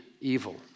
evil